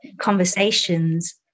conversations